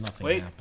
Wait